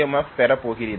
F பெறப் போகிறீர்கள்